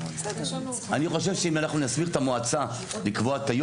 אני חושב שאם אנחנו נסמיך את המועצה לקבוע את היום,